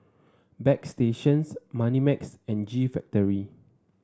Bagstationz Moneymax and G Factory